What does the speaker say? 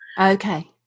okay